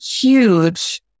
huge